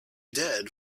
dead